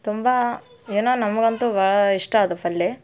ತುಂಬ ಏನು ನಮಗಂತೂ ಭಾಳ ಇಷ್ಟ ಅದು ಪಲ್ಯ